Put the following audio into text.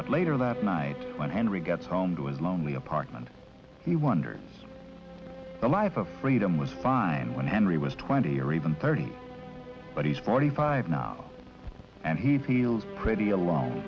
but later that night when henry gets home to his lonely apartment he wonders if the life of freedom was fine when henry was twenty or even thirty but he's forty five now and he feels pretty alone